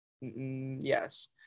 Yes